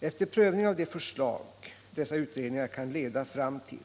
Efter prövning av de förslag dessa utredningar kan leda fram till